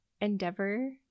endeavor